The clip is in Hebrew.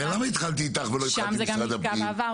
בגלל זה התחלתי איתך ולא עם משרד הפנים.